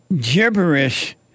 gibberish